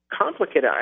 complicated